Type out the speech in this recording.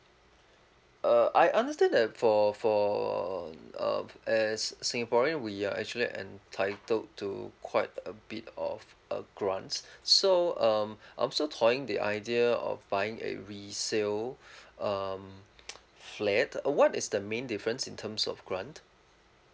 uh I understand that for for um uh as singaporean we are actually entitled to quite a bit of a grants so um I'm so toying the idea of buying a resale um flat uh what is the main difference in terms of grant